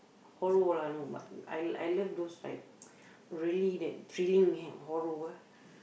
horror lah no but I I love those like really that thrilling h~ horror ah